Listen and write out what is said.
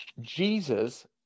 Jesus